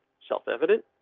self evident.